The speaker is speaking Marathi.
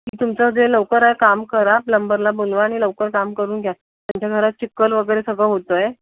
की तुमचं जे लवकर आहे काम करा प्लम्बरला बोलवा आणि लवकर काम करून घ्या त्यांच्या घरात चिखल वगैरे सगळं होतं आहे